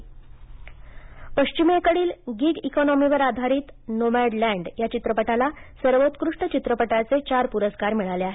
पुरस्कार पश्चिमेकडील गीग इकॉनॉमीवर आधारित नोमॅडलँड या चित्रपटाला सर्वोत्कृष्ठ चित्रपटाचे चार पुरस्कर मिळाले आहेत